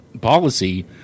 policy